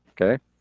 Okay